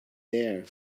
there